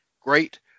great